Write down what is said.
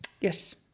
yes